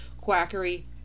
quackery